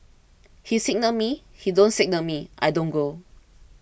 he signal me he don't signal me I don't go